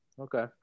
Okay